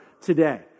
today